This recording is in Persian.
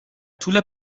طول